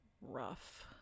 rough